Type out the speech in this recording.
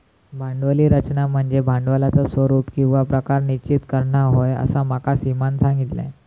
भांडवली रचना म्हनज्ये भांडवलाचा स्वरूप किंवा प्रकार निश्चित करना होय, असा माका सीमानं सांगल्यान